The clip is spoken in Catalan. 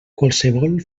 qualsevol